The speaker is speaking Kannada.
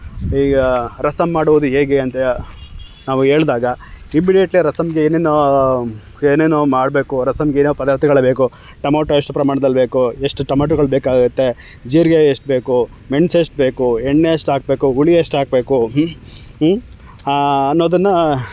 ಈಗ ರಸಮ್ ಮಾಡುವುದು ಹೇಗೆ ಅಂತ ನಾವು ಹೇಳ್ದಾಗ ಇಮ್ಮಿಡಿಯೆಟ್ಲಿ ಆ ರಸಮ್ಮಿಗೆ ಏನೇನೋ ಏನೇನೊ ಮಾಡಬೇಕು ರಸಮ್ಮಿಗೆ ಏನೋ ಪದಾರ್ಥಗಳು ಬೇಕು ಟಮೋಟೊ ಎಷ್ಟು ಪ್ರಮಾಣ್ದಲ್ಲಿ ಬೇಕು ಎಷ್ಟು ಟೊಮೋಟೊಗಳು ಬೇಕಾಗುತ್ತೆ ಜೀರಿಗೆ ಎಷ್ಟು ಬೇಕು ಮೆಣಸು ಎಷ್ಟು ಬೇಕು ಎಣ್ಣೆ ಎಷ್ಟು ಹಾಕ್ಬೇಕು ಹುಳಿ ಎಷ್ಟು ಹಾಕ್ಬೇಕು ಅನ್ನೋದನ್ನು